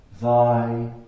Thy